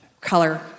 color